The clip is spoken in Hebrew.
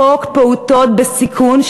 חוק פעוטות בסיכון,